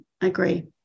agree